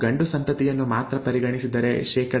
ನೀವು ಗಂಡು ಸಂತತಿಯನ್ನು ಮಾತ್ರ ಪರಿಗಣಿಸಿದರೆ ಶೇ